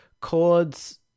chords